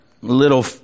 little